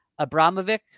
Abramovic